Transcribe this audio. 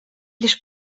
лишь